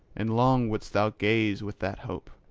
and long wouldst thou gaze with that hope.